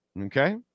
Okay